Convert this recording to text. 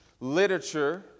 literature